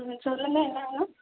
ம் சொல்லுங்கள் என்ன வேணும்